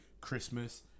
Christmas